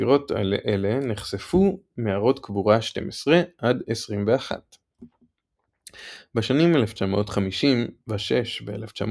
בחפירות אלה נחשפו מערות קבורה 12–21. בשנים 1956 ו-1959